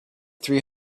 three